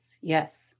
yes